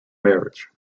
marriage